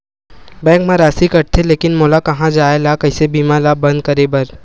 Bank मा राशि कटथे लेकिन मोला कहां जाय ला कइसे बीमा ला बंद करे बार?